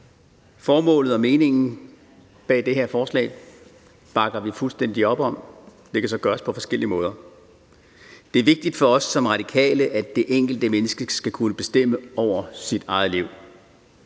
Formålet og meningen bag det her forslag bakker vi fuldstændig op om. Det kan så gøres på forskellige måder. Det er vigtigt for os som Radikale, at det enkelte menneske skal kunne bestemme over sit eget liv.